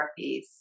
therapies